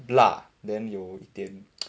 辣 then 有一点